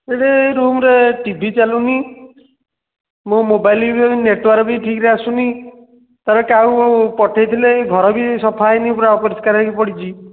ଏଇଠି ରୁମ୍ରେ T V ଚାଲୁନି ମୋ ମୋବାଇଲ୍ ବି ନେଟ୍ୱର୍କ୍ ବି ଠିକ୍ରେ ଆସୁନି ତା'ହେଲେ କାହାକୁ ପଠେଇଥିଲେ ଘର ବି ସଫା ହୋଇନି ପୁରା ଅପରିଷ୍କାର ହୋଇକି ପଡ଼ିଛି